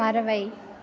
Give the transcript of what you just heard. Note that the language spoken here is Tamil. பறவை